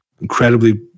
incredibly